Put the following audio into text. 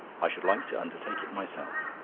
i should like to undertake it myself.